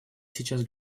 сейчас